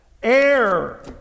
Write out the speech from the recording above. Air